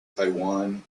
taiwan